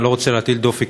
אני לא רוצה להטיל דופי,